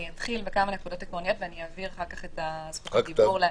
אני אתחיל בכמה נקודות עקרוניות ואעביר אחר כך את זכות הדיבור לאורי.